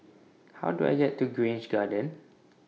How Do I get to Grange Garden